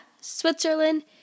Switzerland